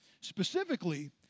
specifically